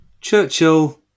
Churchill